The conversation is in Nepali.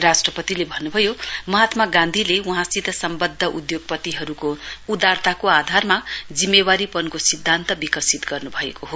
राष्ट्रपतिले भन्नुभयो महात्मा गान्धीले वहाँसित सम्वन्ध्द उद्घोगपतिहरुको उदारताको आधारमा जिम्मेवारीपनको सिध्दान्त विकसित गर्नु भएको हो